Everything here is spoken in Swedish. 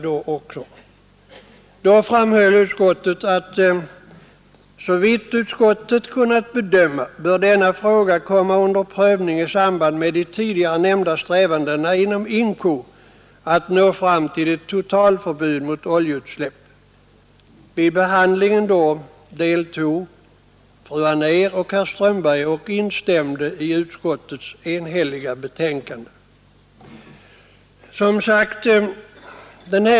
Utskottet framhöll bl.a.: ”Såvitt utskottet kunnat bedöma bör denna fråga komma under prövning i samband med de tidigare nämnda strävandena inom IMCO att nå fram till ett totalförbud mot oljeutsläpp.” Vid behandlingen deltog fru Anér och herr Strömberg, som instämde i utskottets enhälliga skrivning.